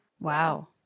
Wow